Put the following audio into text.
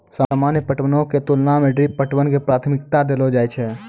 सामान्य पटवनो के तुलना मे ड्रिप पटवन के प्राथमिकता देलो जाय छै